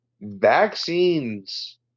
vaccines